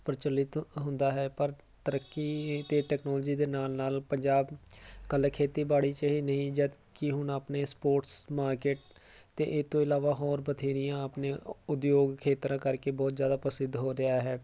ਪ੍ਰਚੱਲਿਤ ਹੁੰਦਾ ਹੈ ਪਰ ਤਰੱਕੀ ਅਤੇ ਟੈਕਨੋਲਜੀ ਦੇ ਨਾਲ ਨਾਲ ਪੰਜਾਬ ਇਕੱਲੇ ਖੇਤੀਬਾੜੀ 'ਚ ਹੀ ਨਹੀਂ ਜਦੋਂ ਕਿ ਹੁਣ ਆਪਣੇ ਸਪੋਰਟਸ ਮਾਰਕੀਟ ਅਤੇ ਇਹ ਤੋਂ ਇਲਾਵਾ ਹੋਰ ਬਥੇਰੀਆਂ ਆਪਣੇ ਉਦਯੋਗ ਖੇਤਰਾਂ ਕਰਕੇ ਬਹੁਤ ਜ਼ਿਆਦਾ ਪ੍ਰਸਿੱਧ ਹੋ ਗਿਆ ਹੈ